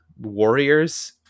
warriors